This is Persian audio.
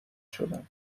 شدم